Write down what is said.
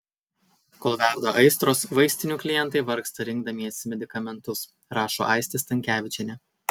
kol verda aistros vaistinių klientai vargsta rinkdamiesi medikamentus rašo aistė stankevičienė